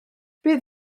bydd